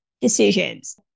decisions